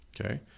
okay